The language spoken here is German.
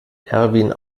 erwin